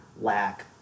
lack